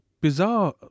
bizarre